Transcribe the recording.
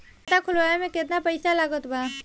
खाता खुलावे म केतना पईसा लागत बा?